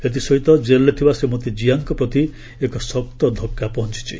ଏଥିସହିତ କେଲରେ ଥିବା ଶ୍ରୀମତୀ ଜିଆଙ୍କ ପ୍ରତି ଏକ ଶକ୍ତ ଧକ୍କା ପହଞ୍ଚିଛି